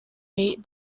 meet